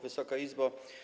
Wysoka Izbo!